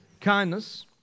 Kindness